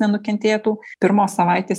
nenukentėtų pirmos savaitės